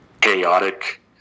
Chaotic